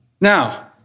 Now